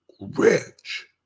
rich